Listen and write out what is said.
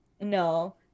No